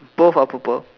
both are purple